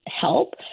help